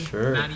Sure